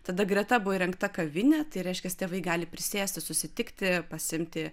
tada greta buvo įrengta kavinė tai reiškias tėvai gali prisėsti susitikti pasiimti